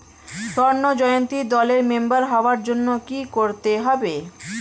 স্বর্ণ জয়ন্তী দলের মেম্বার হওয়ার জন্য কি করতে হবে?